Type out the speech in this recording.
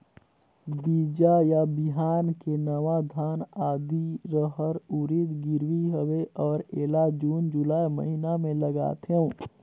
बीजा या बिहान के नवा धान, आदी, रहर, उरीद गिरवी हवे अउ एला जून जुलाई महीना म लगाथेव?